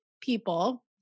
people